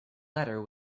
letter